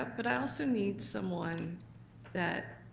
but but i also need someone that,